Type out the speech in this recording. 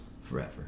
forever